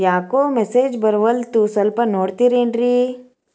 ಯಾಕೊ ಮೆಸೇಜ್ ಬರ್ವಲ್ತು ಸ್ವಲ್ಪ ನೋಡ್ತಿರೇನ್ರಿ?